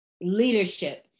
leadership